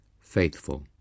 faithful